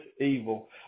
evil